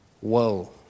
Whoa